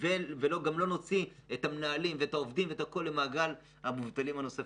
למעונות הפרטיים.